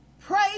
pray